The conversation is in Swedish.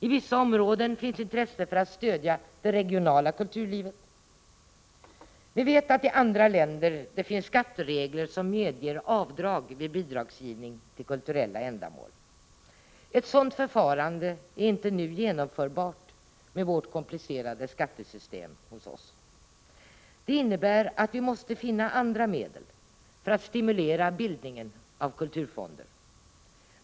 I vissa områden finns intresse för att stödja det regionala kulturlivet. I andra länder finns skatteregler som medger avdrag vid bidragsgivning till kulturella ändamål. Ett sådant förfarande är inte nu genomförbart med vårt komplicerade skattesystem. Detta innebär att vi måste finna andra vägar för att stimulera bildningen av kulturfonder.